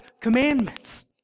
commandments